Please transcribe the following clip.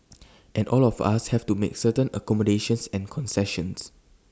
and all of us have to make certain accommodations and concessions